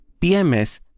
PMS